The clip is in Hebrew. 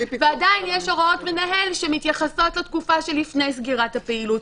ועדיין יש הוראות מנהל שמתייחסות לתקופה שלפני סגירת הפעילות.